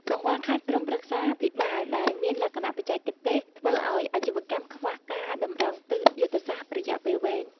កង្វះខាតក្រុមប្រឹក្សាភិបាល ដែលមានលក្ខណៈបច្ចេកទេស ធ្វើឱ្យអាជីវកម្មខ្វះការតម្រង់ទិសយុទ្ធសាស្ត្ររយៈពេលវែង។